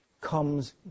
comes